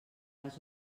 les